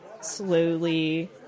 slowly